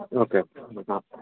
okay okay हा